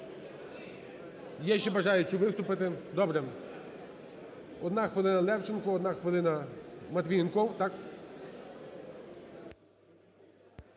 Є ще бажаючі виступити? Добре. Одна хвилина Левченку, одна хвилина Матвієнков,